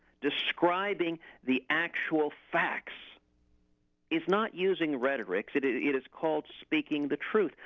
describing the actual facts is not using rhetoric, it it it is called speaking the truth.